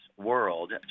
world